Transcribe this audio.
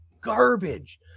garbage